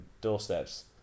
doorsteps